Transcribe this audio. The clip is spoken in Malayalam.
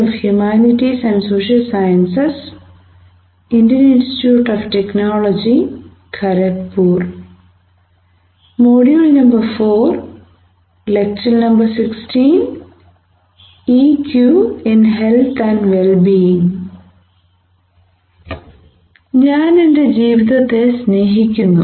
ഞാൻ എന്റെ ജീവിതത്തെ സ്നേഹിക്കുന്നു